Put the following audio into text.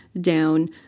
down